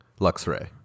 Luxray